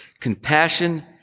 Compassion